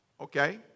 Okay